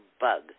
bug